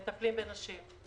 מטפלים בנשים.